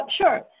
Sure